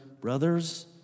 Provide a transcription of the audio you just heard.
brothers